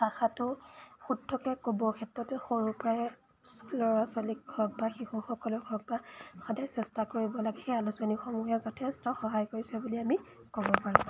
ভাষাটো শুদ্ধকৈ ক'ব ক্ষেত্ৰতে সৰুৰপৰাই ল'ৰা ছোৱালীক হওক বা শিশুসকলেই হওক বা সদায় চেষ্টা কৰিব লাগে সেই আলোচনীসমূহে যথেষ্ট সহায় কৰিছে বুলি আমি ক'ব পাৰোঁ